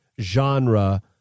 genre